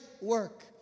work